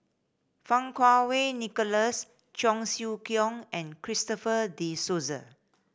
Fang Kuo Wei Nicholas Cheong Siew Keong and Christopher De Souza